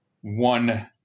one